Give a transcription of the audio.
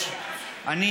צילום אובייקטיבי.